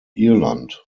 irland